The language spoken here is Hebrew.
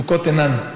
מתוקות אינן.